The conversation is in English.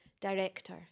director